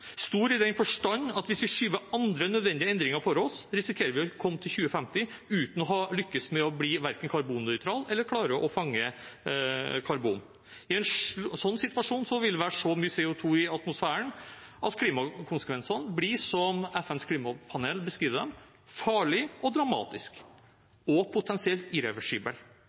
stor i den forstand at hvis vi skyver andre nødvendige endringer foran oss, risikerer vi å komme til 2050 uten å ha lykkes med verken å bli karbonnøytral eller å klare å fange karbon. I en slik situasjon vil det være så mye CO 2 i atmosfæren at klimakonsekvensene blir som FNs klimapanel beskriver dem, farlige og dramatiske og potensielt